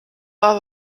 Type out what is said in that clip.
war